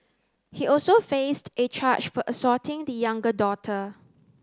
he also faced a charge for assaulting the younger daughter